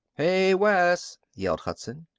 hey, wes! yelled hudson.